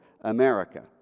America